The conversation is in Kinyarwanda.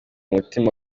mutima